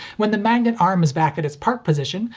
when the magnet arm is back at its park position,